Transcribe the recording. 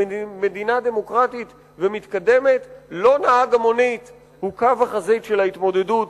במדינה דמוקרטית ומתקדמת לא נהג המונית הוא קו החזית של ההתמודדות